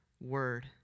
word